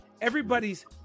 Everybody's